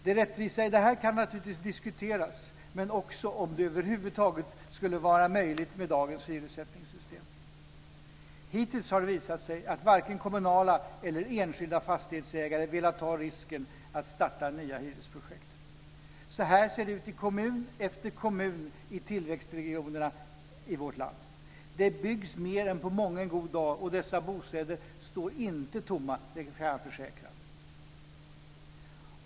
Det rättvisa i detta kan naturligtvis diskuteras, men man kan också diskutera om det över huvud taget skulle vara möjligt med dagens hyressättningssystem. Hittills har det visat sig att varken kommunala eller enskilda fastighetsägare velat ta risken att starta nya hyresprojekt. Så här ser det ut i kommun efter kommun i tillväxtregionerna i vårt land. Det byggs mer än på mången god dag, och dessa bostäder står inte tomma - det kan jag försäkra.